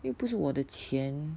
又不是我的钱